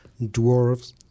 dwarves